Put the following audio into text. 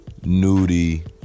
Nudie